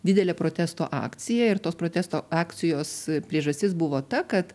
didelė protesto akcija ir tos protesto akcijos priežastis buvo ta kad